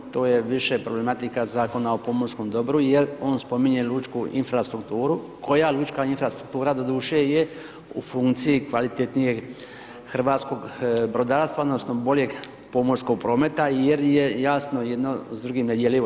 To je više problematika Zakona o pomorskom dobru jer on spominje lučku infrastrukturu koja lučka infrastrukture doduše i je u funkciji kvalitetnijeg hrvatskog brodarstva, odnosno boljeg pomorskog prometa jer je, jasno, jedno s drugim nedjeljivo.